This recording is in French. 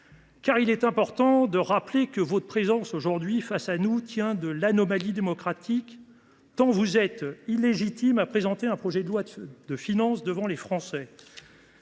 Il importe en effet de rappeler que votre présence face à nous aujourd’hui tient de l’anomalie démocratique, tant vous êtes illégitime à présenter un projet de loi de finances devant les Français.